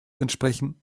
entsprechen